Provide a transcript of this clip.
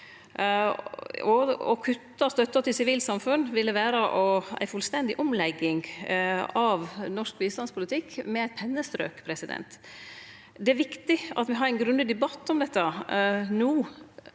Å kutte støtta til Sivilt samfunn ville vere ei fullstendig omlegging av norsk bistandspolitikk med eit pennestrøk. Det er viktig at me har ein grundig debatt om dette no